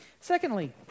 Secondly